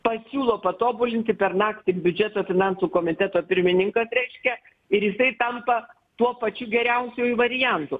pasiūlo patobulinti per naktį biudžeto finansų komiteto pirmininkas reiškia ir jisai tampa tuo pačiu geriausiuoju variantu